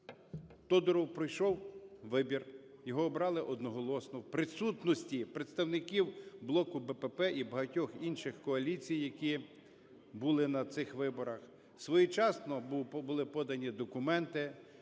Тодуров пройшов вибір, його обрали одноголосно, в присутності представників блоку БПП і багатьох інших з коаліції, які були на цих виборах. Своєчасно були подані документи,